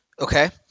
Okay